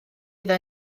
iddo